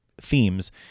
themes